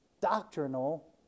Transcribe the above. doctrinal